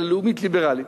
אלא לאומית ליברלית,